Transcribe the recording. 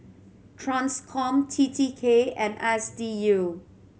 Transcom T T K and S D U